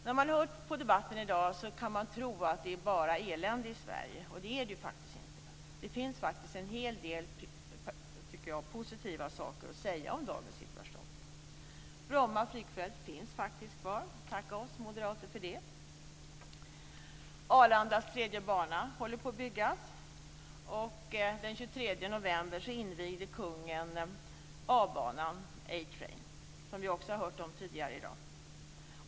När man har hört på debatten i dag har man kunnat tro att det bara är elände i Sverige, och det är det faktiskt inte. Det finns faktiskt en hel del positiva saker, tycker jag, att säga om dagens situation. Bromma flygfält finns faktiskt kvar. Tacka oss moderater för det. Arlandas tredje bana håller på att byggas. Den 23 november invigde kungen A-banan - A train - som vi också har hört om tidigare i dag.